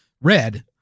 red